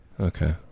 okay